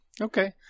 Okay